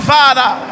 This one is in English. Father